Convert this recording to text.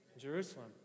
Jerusalem